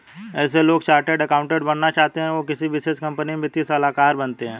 ऐसे लोग जो चार्टर्ड अकाउन्टन्ट बनना चाहते है वो किसी विशेष कंपनी में वित्तीय सलाहकार बनते हैं